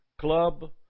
Club